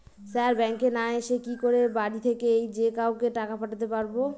Sir ব্যাঙ্কে না এসে কি করে বাড়ি থেকেই যে কাউকে টাকা পাঠাতে পারবো?